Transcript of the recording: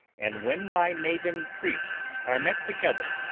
and when my maiden priests are met together,